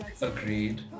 agreed